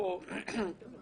עבד אל חכים חאג' יחיא (הרשימה המשותפת):